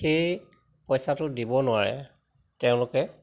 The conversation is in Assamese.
সেই পইচাটো দিব নোৱাৰে তেওঁলোকে